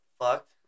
fucked